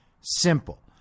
simple